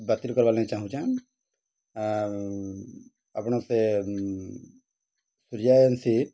ବାତିଲ କର୍ବାର୍ ଲାଗି ଚାହୁଁଛନ୍ ଆପଣ ସେ ସୂର୍ଯ୍ୟ ଏଜେନ୍ସି